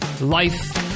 life